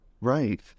Right